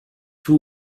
two